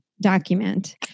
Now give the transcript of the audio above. document